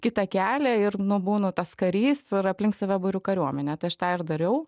kitą kelią ir nu būnu tas karys ir aplink save buriu kariuomenę tai aš tą ir dariau